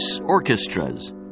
orchestras